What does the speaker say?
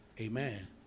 Amen